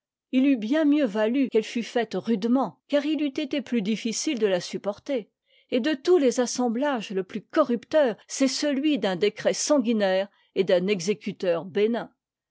eût bien mieux valu qu'elle fût faite rudement car il eût été plus difficile de la supporter et de tous les assemblages le plus corrupteur c'est celui d'un décret sanguinaire et d'un exécuteur